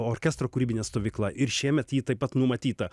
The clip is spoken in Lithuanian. orkestro kūrybinė stovykla ir šiemet ji taip pat numatyta